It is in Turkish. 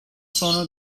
sonra